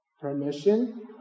permission